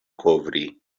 kovri